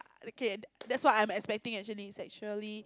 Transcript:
okay that's what I'm expecting actually sexually